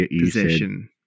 possession